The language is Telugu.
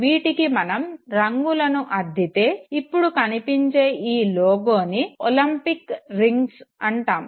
వీటికి మనం రంగులను అద్దితే ఇప్పుడు కనిపించే ఈ లోగోని ఒలింపిక్ రింగ్స్ అంటాము